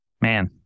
Man